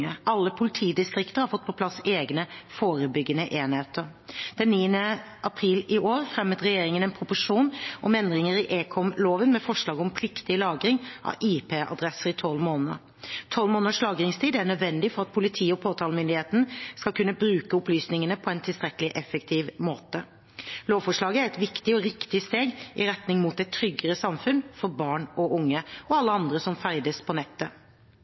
Alle politidistrikter har fått på plass egne forebyggende enheter. Den 9. april i år fremmet regjeringen en proposisjon om endring av ekomloven med forslag om pliktig lagring av IP-adresser i tolv måneder. Tolv måneders lagringstid er nødvendig for at politiet og påtalemyndigheten skal kunne bruke opplysningene på en tilstrekkelig effektiv måte. Lovforslaget er et viktig og riktig steg i retning mot et tryggere samfunn for barn og unge og alle andre som ferdes på nettet.